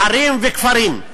ערים וכפרים,